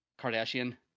Kardashian